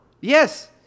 Yes